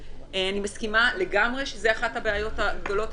אני מסכימה לגמרי שזו אחת הבעיות הגדולות.